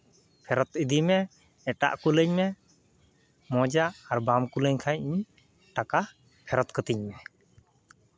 ᱯᱷᱮᱨᱚᱛ ᱤᱫᱤᱭ ᱢᱮ ᱮᱴᱟᱜ ᱠᱩᱞᱟᱹᱧ ᱢᱮ ᱢᱚᱡᱟᱜ ᱟᱨ ᱵᱟᱢ ᱠᱩᱞᱟᱹᱧ ᱠᱷᱟᱱ ᱤᱧ ᱴᱟᱠᱟ ᱯᱷᱮᱨᱚᱛ ᱠᱟᱹᱛᱤᱧ ᱢᱮ